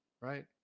right